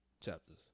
chapters